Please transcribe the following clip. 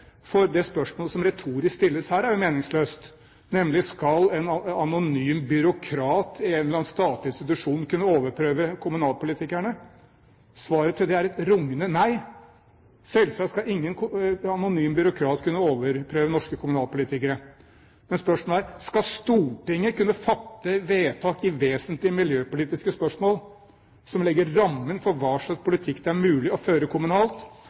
for det spørsmålet som retorisk stilles her, er jo meningsløst, nemlig: Skal en anonym byråkrat i en eller annen statlig institusjon kunne overprøve kommunalpolitikerne? Svaret på det er et rungende nei. Selvsagt skal ingen anonym byråkrat kunne overprøve norske kommunalpolitikere. Men spørsmålet er: Skal Stortinget kunne fatte vedtak i vesentlige miljøpolitiske spørsmål som legger rammen for hva slags politikk det er mulig å føre kommunalt?